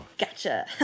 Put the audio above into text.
Gotcha